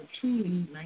Truly